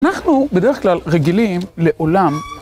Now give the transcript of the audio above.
אנחנו, בדרך כלל, רגילים לעולם